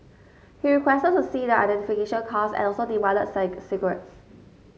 he requested to see their identification cards and also demanded cigarettes